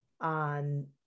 on